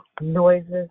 noises